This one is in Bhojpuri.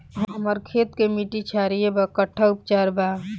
हमर खेत के मिट्टी क्षारीय बा कट्ठा उपचार बा?